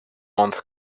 month